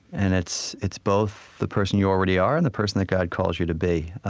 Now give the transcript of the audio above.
and it's it's both the person you already are and the person that god calls you to be.